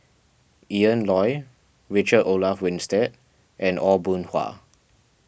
Ian Loy Richard Olaf Winstedt and Aw Boon Haw